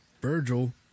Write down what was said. Virgil